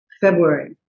February